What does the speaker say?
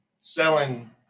selling